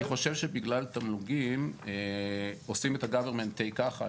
אני חושב שבגלל תמלוגים עושים את ה-government take ככה.